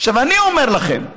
אני אומר לכם,